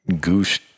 goose